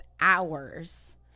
hours